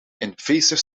invasive